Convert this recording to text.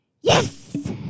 Yes